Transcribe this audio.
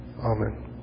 Amen